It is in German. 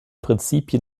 prinzipien